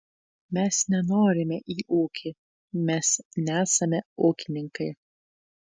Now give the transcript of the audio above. mes nenorime į ūkį mes nesame ūkininkai